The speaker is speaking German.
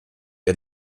ihr